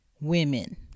Women